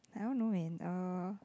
I don't know man uh